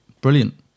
brilliant